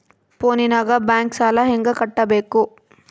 ಫೋನಿನಾಗ ಬ್ಯಾಂಕ್ ಸಾಲ ಹೆಂಗ ಕಟ್ಟಬೇಕು?